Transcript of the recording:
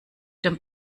dem